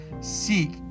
seek